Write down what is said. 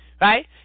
Right